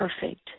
perfect